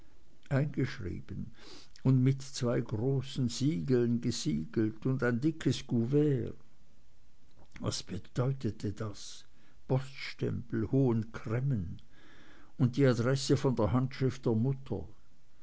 eingeschrieben und mit zwei großen siegeln und ein dickes kuvert was bedeutete das poststempel hohen cremmen und die adresse von der handschrift der mutter